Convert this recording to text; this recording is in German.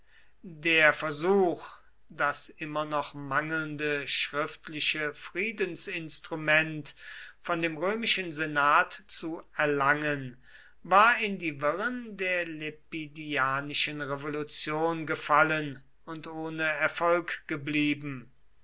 der versuch das immer noch mangelnde schriftliche friedensinstrument von dem römischen senat zu erlangen war in die wirren der lepidianischen revolution gefallen und ohne erfolg geblieben